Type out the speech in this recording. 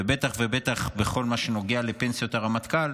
ובטח ובטח לכל מה שנוגע לפנסיות הרמטכ"ל,